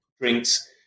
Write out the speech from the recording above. drinks